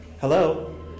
Hello